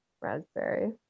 raspberry